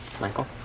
Michael